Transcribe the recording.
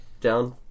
down